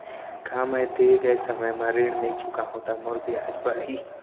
का मैं दे गए समय म ऋण नई चुकाहूँ त मोर ब्याज बाड़ही?